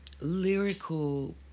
lyrical